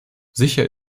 sicher